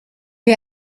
est